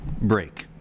break